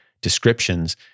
descriptions